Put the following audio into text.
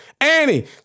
Annie